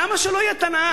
למה שלא יהיה תנ"ך?